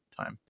time